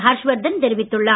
ஹர்ஷ்வர்தன் தெரிவித்துள்ளார்